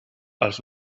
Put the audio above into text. als